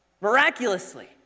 miraculously